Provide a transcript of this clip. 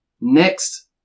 next